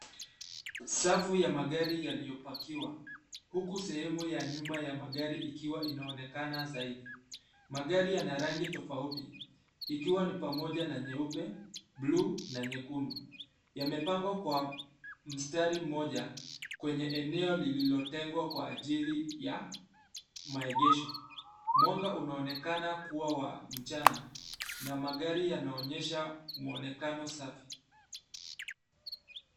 Safu ya magari yaliyopakiwa, huku sehemu ya nyuma ya magari ikiwa inaonekana zaidi. Magari yana rangi tofauti ikiwa ni pamoja nyeupe, blue na nyekundu. Yamepangwa kwa mstari moja kwenye eneo lililotengwa kwa ajili ya maegesho. Mwanga unaonekana kuwa wa mchana na magari yanaonyesha mwonekano safi.